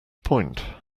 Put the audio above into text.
point